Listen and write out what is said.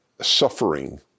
suffering